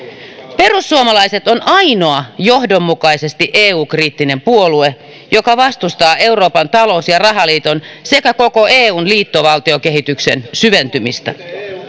perussuomalaiset on ainoa johdonmukaisesti eu kriittinen puolue joka vastustaa euroopan talous ja rahaliiton sekä koko eun liittovaltiokehityksen syventymistä